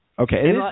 Okay